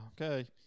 okay